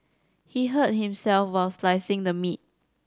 he hurt himself while slicing the meat